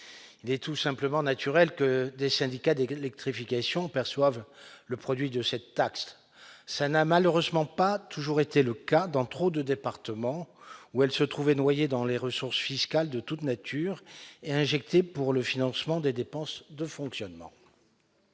Il est tout naturel que des syndicats d'électrification perçoivent le produit de cette taxe ; cela n'a malheureusement pas toujours été le cas dans trop de départements, où elle se trouvait noyée dans les ressources fiscales de toute nature et injectée pour le financement des dépenses de fonctionnement.